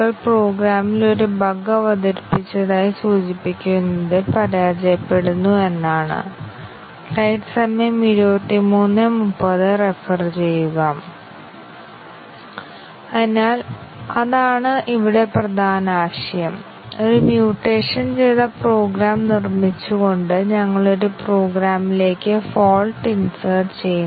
ഒരു പ്രോഗ്രാം കോഡിൽ നിന്ന് നിങ്ങൾക്ക് എളുപ്പത്തിൽ നേടാനാകുന്ന ഒരു CFG നൽകിയാൽ മക്കാബിന്റെ മെട്രിക്കിന്റെ പാത്തുകളുടെ എണ്ണം ഞങ്ങൾക്കറിയാം തുടർന്ന് ടെസ്റ്റ് കേസ് എക്സിക്യൂട്ട് ചെയ്യുമ്പോൾ ഞങ്ങൾക്ക് നിർണ്ണയിക്കാനാകും ടെസ്റ്റ് കേസുകളിൽ ഉൾപ്പെടുന്ന പാത്തുകളുടെ എണ്ണം നിർണ്ണയിക്കാനാകും തുടർന്ന് ഞങ്ങൾ നേടിയ ശതമാനം പാത്ത് കവറേജ് നിർണ്ണയിക്കാൻ കഴിയും